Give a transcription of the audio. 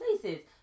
places